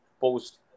post